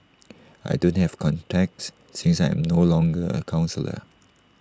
I don't have contacts since I am no longer A counsellor